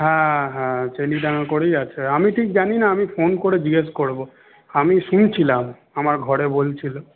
হ্যাঁ হ্যাঁ চেলিডাঙ্গা করেই আছে আমি ঠিক জানিনা আমি ফোন করে জিজ্ঞেস করব আমি শুনছিলাম আমার ঘরে বলছিল